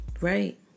Right